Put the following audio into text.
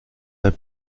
d’un